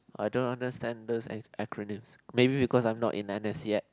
I don't understand these ac~ acronym maybe because I'm not in n_s yet